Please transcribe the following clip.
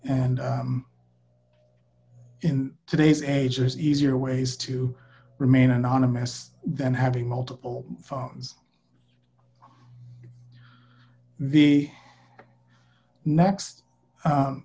and in today's age is easier ways to remain anonymous than having multiple phones the next